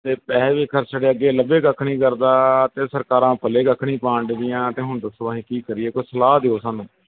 ਅਤੇ ਪੈਸੇ ਵੀ ਖਰਚ ਛੱਡਿਆ ਅੱਗੇ ਲੱਭੇ ਕੱਖ ਨਹੀਂ ਕਰਦਾ ਅਤੇ ਸਰਕਾਰਾਂ ਪੱਲੇ ਕੱਖ ਨਹੀਂ ਪਾਉਣ ਡੀਆਂ ਅਤੇ ਹੁਣ ਦਸੋ ਅਸੀਂ ਕੀ ਕਰੀਏ ਕੁਛ ਸਲਾਹ ਦਿਓ ਸਾਨੂੰ